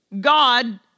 God